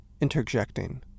interjecting